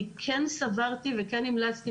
אני כן סברתי וכן המלצתי,